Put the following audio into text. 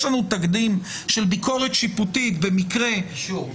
יש לנו תקדים של ביקורת שיפוטית --- אישור.